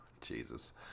Jesus